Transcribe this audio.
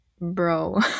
bro